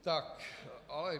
Tak ale...